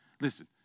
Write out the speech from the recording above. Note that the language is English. Listen